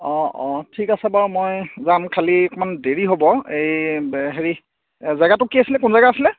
অঁ অঁ ঠিক আছে বাৰু মই যাম খালী অকণমান দেৰি হ'ব এই হেৰি জেগাতো কি আছিলে কোন জেগা আছিলে